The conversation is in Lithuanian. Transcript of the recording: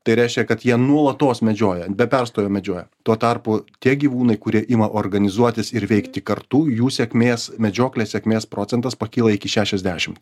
tai reiškia kad jie nuolatos medžioja be perstojo medžioja tuo tarpu tie gyvūnai kurie ima organizuotis ir veikti kartu jų sėkmės medžioklės sėkmės procentas pakyla iki šešiasdešimt